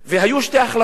והיו שתי החלטות.